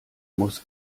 muss